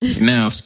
Now